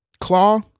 Claw